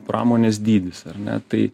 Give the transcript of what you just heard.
pramonės dydis ar ne tai